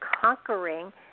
conquering